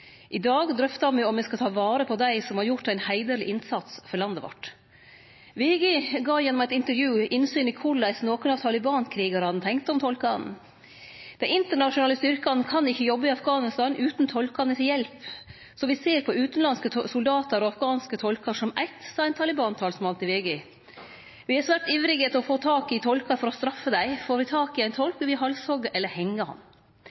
I dag drøftar me om me skal ta vare på dei som har gjort ein heiderleg innsats for landet vårt. VG gav gjennom eit intervju innsyn i korleis nokre av Taliban-krigarane tenkte om tolkane: Dei internasjonale styrkane kan ikkje jobbe i Afghanistan utan tolkane si hjelp. Så vi ser på utanlandske soldatar og afghanske tolkar som eitt, sa ein Taliban-talsmann til VG. Me er svært ivrige etter å få tak i tolkar for å straffe dei. Får vi tak i ein